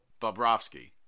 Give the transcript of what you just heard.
Bobrovsky